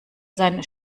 sein